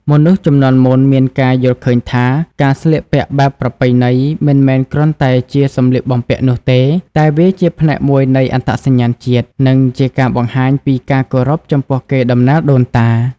មនុស្សជំនាន់មុនមានការយល់ឃើញថា ការស្លៀកពាក់បែបប្រពៃណី មិនមែនគ្រាន់តែជាសម្លៀកបំពាក់នោះទេ តែវាជាផ្នែកមួយនៃអត្តសញ្ញាណជាតិ និងជាការបង្ហាញពី ការគោរពចំពោះកេរដំណែលដូនតា។